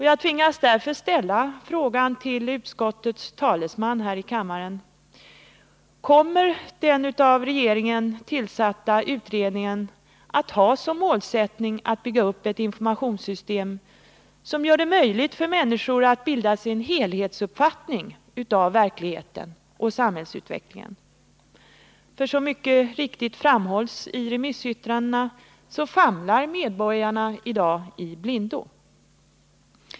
Jag tvingas därför till utskottets talesman här i kammaren ställa följande fråga: Kommer den av regeringen tillsatta utredningen att ha som målsättning att bygga upp ett informationssystem som gör det möjligt för människor att bilda sig en helhetsuppfattning av verkligheten och samhällsutvecklingen? Som mycket riktigt framhålls i remissyttrandena famlar medborgarna nämligen i dag i blindo.